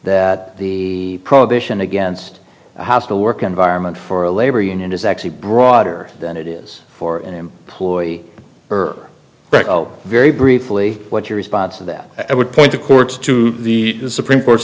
that the prohibition against a hostile work environment for a labor union is actually broader than it is for an employee or very briefly what's your response to that i would point the courts to the supreme court's